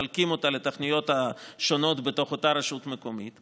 הם מחלקים אותם לתוכניות השונות בתוך אותה רשות מקומית.